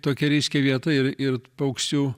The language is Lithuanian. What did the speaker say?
tokia reiškia vieta ir ir paukščių